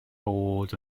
bod